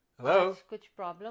Hello